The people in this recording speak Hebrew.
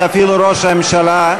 ואפילו ראש הממשלה,